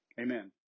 amen